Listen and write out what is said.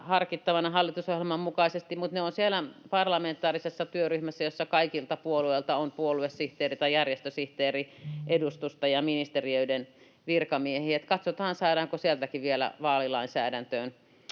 harkittavana hallitusohjelman mukaisesti, mutta ne ovat siellä parlamentaarisessa työryhmässä, jossa kaikilta puolueilta on puoluesihteeri- tai järjestösihteeriedustusta ja ministeriöiden virkamiehiä. Katsotaan, saadaanko sieltäkin vielä vaalilainsäädäntöön